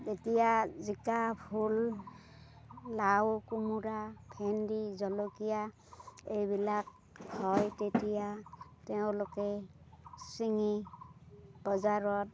যেতিয়া জিকা ভোল লাও কোমোৰা ভেন্দি জলকীয়া এইবিলাক হয় তেতিয়া তেওঁলোকে ছিঙি বজাৰত